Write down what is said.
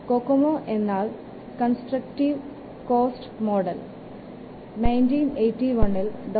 COCOMO എന്നാൽ constructive cost model 1981ൽ ഡോ